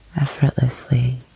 effortlessly